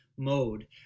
Mode